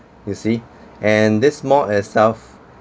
you see and this more itself